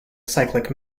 cyclic